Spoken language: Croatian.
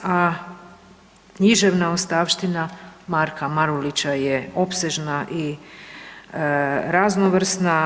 A književna ostavština Marka Marulića je opsežna i raznovrsna.